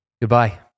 Goodbye